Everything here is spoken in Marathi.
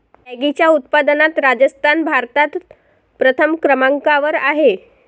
रॅगीच्या उत्पादनात राजस्थान भारतात प्रथम क्रमांकावर आहे